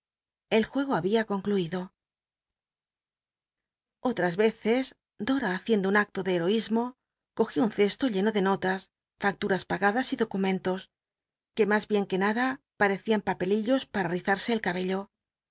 el juego había concluido otras cces dora haciendo un acto de heroi mo cogía un cesto lleno de notas facturas pagadas y docitlltcntos que mas bien que nada parecían papelillos para rizarse el cabello los